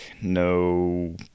no